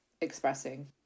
expressing